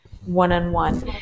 one-on-one